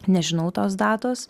nežinau tos datos